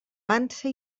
vansa